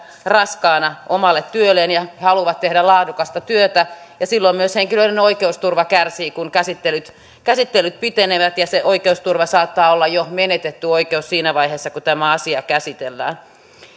raskaana omalle työlleen ja he haluavat tehdä laadukasta työtä silloin myös henkilöiden oikeusturva kärsii kun käsittelyt käsittelyt pitenevät ja se oikeusturva saattaa olla jo menetetty oikeus siinä vaiheessa kun tämä asia käsitellään